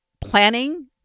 planning